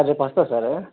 రేపు వస్తారా సారు